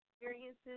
Experiences